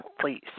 Please